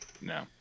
No